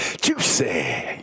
juicy